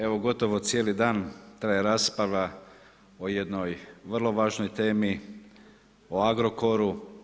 Evo, gotovo cijeli dan traje rasprava o jednoj vrlo važnoj temi, o Agrokoru.